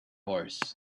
horse